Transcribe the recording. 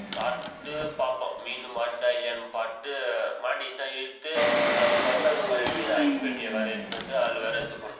சாப்பிட்டு பார்ப்போம் மீன் மாட்டுதா இல்லையானு பார்த்துட்டு மாட்டிக்கிச்சுனால் இழுத்து அது பற்றாத குறைக்கி ஐஸ் பெட்டியை வேறு எடுத்துன்னு வந்து அதில் வேறு எடுத்து போடணும்